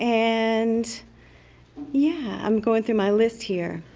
and yeah i'm going through my list here.